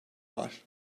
var